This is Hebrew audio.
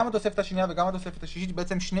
גם התוספת השנייה וגם התוספת השישית שתי